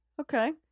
Okay